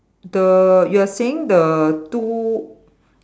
the you are saying the two